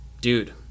Dude